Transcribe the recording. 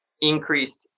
increased